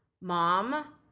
Mom